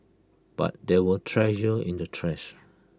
but there were treasure in the trash